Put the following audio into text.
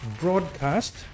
broadcast